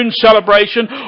celebration